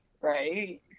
right